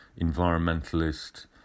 environmentalist